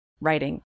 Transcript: writing